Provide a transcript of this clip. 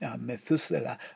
Methuselah